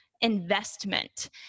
Investment